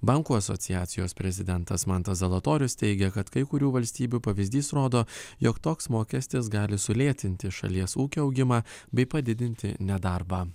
bankų asociacijos prezidentas mantas zalatorius teigia kad kai kurių valstybių pavyzdys rodo jog toks mokestis gali sulėtinti šalies ūkio augimą bei padidinti nedarbą